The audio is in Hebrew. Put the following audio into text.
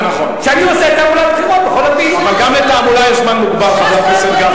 ואני עושה תעמולת בחירות.